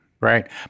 Right